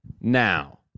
now